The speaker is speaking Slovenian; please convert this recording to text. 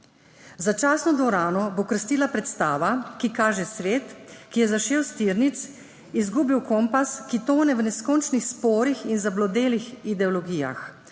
Začasno dvorano bo krastila predstava, ki kaže svet, ki je zašel s tirnic, izgubil kompas, ki tone v neskončnih sporih in zablodelih ideologijah,